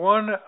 One